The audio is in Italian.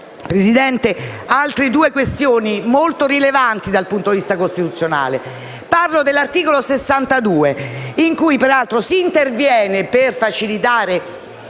Vi sono poi altre due questioni molto rilevanti, dal punto di vista costituzionale. Mi riferisco all'articolo 62, in cui peraltro si interviene per facilitare